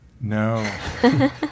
No